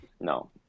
no